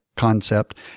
concept